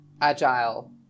agile